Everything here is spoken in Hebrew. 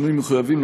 בשינויים מחויבים,